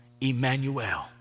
Emmanuel